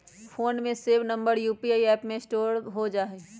phone में save number UPI app में store हो जा हई